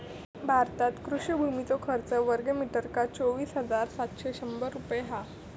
भारतात कृषि भुमीचो खर्च वर्गमीटरका चोवीस हजार सातशे शंभर रुपये हा